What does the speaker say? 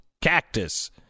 cactus